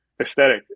aesthetic